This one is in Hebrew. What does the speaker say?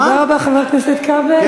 תודה רבה, חבר הכנסת כבל.